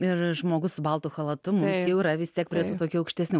ir žmogus su baltu chalatu mums jau yra vis tiek prie tų tokių aukštesnių